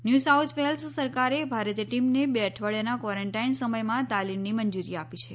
new South Wales સરકારે ભારતીય ટીમને બે અઠવાડીયાનાં ક્વોરેન્ટાઈન સમયમાં તાલીમની મંજૂરી આપી છે